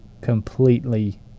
completely